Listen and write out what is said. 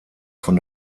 von